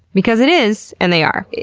because it is and they are.